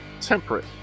temperate